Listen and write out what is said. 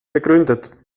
begründet